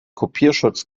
kopierschutz